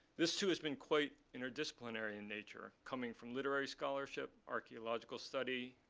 this too has been quite interdisciplinary in nature, coming from literary scholarship, archeological study,